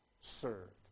served